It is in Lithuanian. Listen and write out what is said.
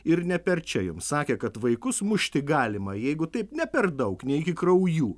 ir ne per čia jums sakė kad vaikus mušti galima jeigu taip ne per daug ne iki kraujų